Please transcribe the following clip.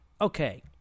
Okay